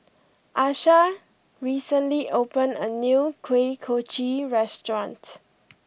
Asha recently opened a new Kuih Kochi restaurant